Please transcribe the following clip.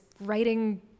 writing